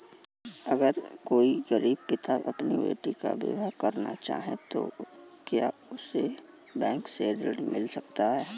अगर कोई गरीब पिता अपनी बेटी का विवाह करना चाहे तो क्या उसे बैंक से ऋण मिल सकता है?